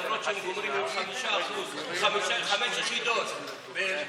למרות שהם גומרים עם חמש יחידות בפיזיקה,